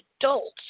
adults